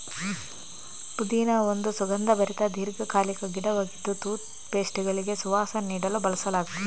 ಪುದೀನಾ ಒಂದು ಸುಗಂಧಭರಿತ ದೀರ್ಘಕಾಲಿಕ ಗಿಡವಾಗಿದ್ದು ಟೂತ್ ಪೇಸ್ಟುಗಳಿಗೆ ಸುವಾಸನೆ ನೀಡಲು ಬಳಸಲಾಗ್ತದೆ